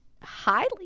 highly